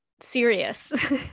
serious